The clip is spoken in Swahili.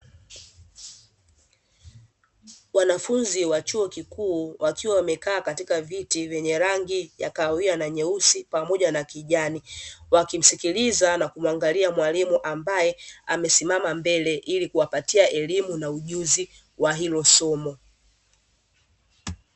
Wanafunzi wa chuo kikuu wakiwa wamekaa katika viti vyenye rangi ya kahawia na nyeusi pamoja na kijani, wakimsikiliza na kumwagilia mwalimu ambaye amesimama mbele ili kuwapatia elimu na ujuzi wa hilo somo.